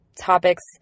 topics